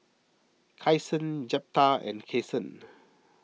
Kyson Jeptha and Kason